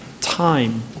time